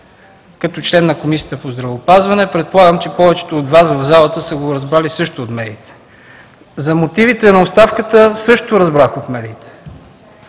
като член на Комисията по здравеопазването. Предполагам, че повечето от Вас в залата са го разбрали също от медиите. За мотивите на оставката също разбрах от медиите.